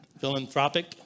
philanthropic